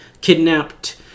kidnapped